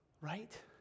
Right